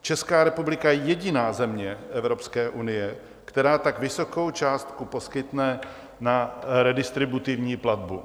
Česká republika je jediná země Evropské unie, která tak vysokou částku poskytne na redistributivní platbu.